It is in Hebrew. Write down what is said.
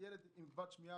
ילד כבד שמיעה,